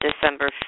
December